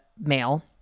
mail